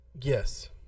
Yes